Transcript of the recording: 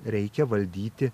reikia valdyti